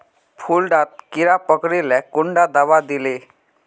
फुल डात कीड़ा पकरिले कुंडा दाबा दीले?